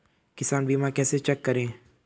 किसान बीमा कैसे चेक करें?